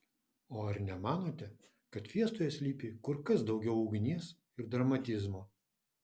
o ar nemanote kad fiestoje slypi kur kas daugiau ugnies ir dramatizmo